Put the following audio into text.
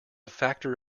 factor